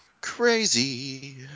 Crazy